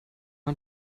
man